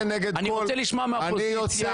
אני רוצה לשמוע מהאופוזיציה --- ברור.